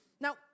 Now